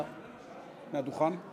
מהדוכן?